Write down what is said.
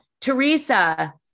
Teresa